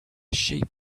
sheep